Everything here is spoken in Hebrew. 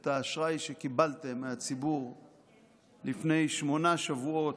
את האשראי שקיבלתם מהציבור לפני שמונה שבועות,